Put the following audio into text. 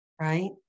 Right